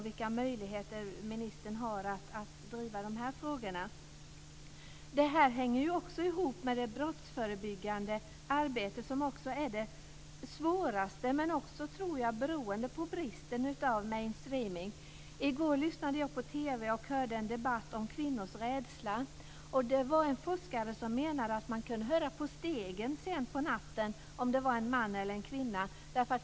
Vilka möjligheter har ministern att driva de här frågorna? De här hänger ju också ihop med det brottsförebyggande arbetet. Det är det svåraste, något som jag också tror beror på bristen på mainstreaming. I går lyssnade jag på TV och hörde en debatt om kvinnors rädsla. Det var en forskare som menade att man kunde höra på stegen sent på natten om det var en man eller en kvinna.